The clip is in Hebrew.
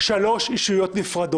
רגע, חברים, אי-אפשר ככה.